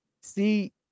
See